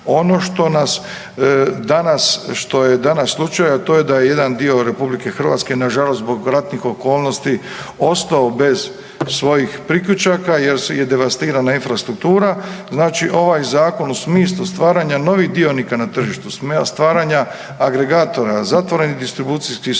što je danas slučaj, a to je da je jedan dio RH nažalost zbog ratnih okolnosti ostao bez svojih priključaka jer je devastirana infrastruktura. Znači ovaj Zakon u smislu stvaranja novih dionika na tržištu, stvaranja agregatora, zatvorenih distribucijskih sustava